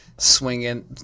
swinging